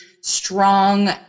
strong